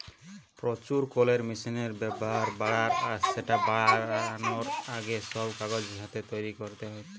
প্রচুর কলের মেশিনের ব্যাভার বাড়া আর স্যাটা বারানার আগে, সব কাগজ হাতে তৈরি করা হেইতা